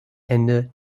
ende